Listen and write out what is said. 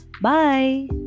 Bye